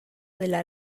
della